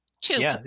two